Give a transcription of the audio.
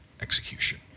execution